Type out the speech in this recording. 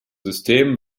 systemen